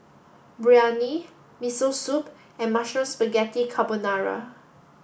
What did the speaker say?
Biryani Miso Soup and Mushroom Spaghetti Carbonara